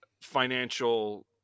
financial